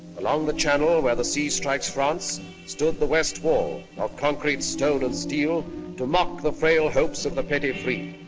along the channel where the sea strikes france stood the west wall of concrete, stone, and steel to mock the frail hopes of the petty free.